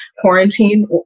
quarantine